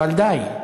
אבל די.